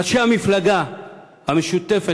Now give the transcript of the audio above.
ראשי המפלגה המשותפת,